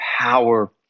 power